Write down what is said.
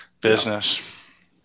business